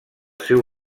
seu